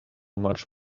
much